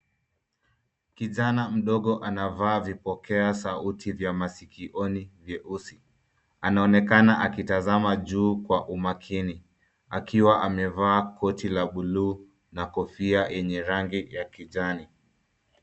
Kijana mdogo anavaa vipokea sauti vya masikioni vyeusi. Anaonekana akitazama juu kwa umakini akiwa amevaa koti la buluu na kofia yenye rangi ya kijani.